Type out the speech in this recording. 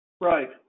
Right